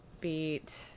beat